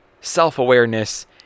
self-awareness